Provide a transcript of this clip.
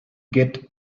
get